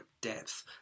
depth